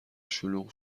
شلوغ